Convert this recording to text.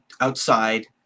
outside